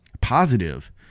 positive